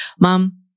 Mom